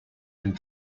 and